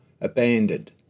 abandoned